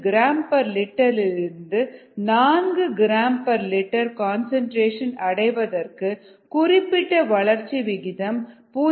5gl இலிருந்து 4gl concentration அடைவதற்கு குறிப்பிட்ட வளர்ச்சி விகிதம் 0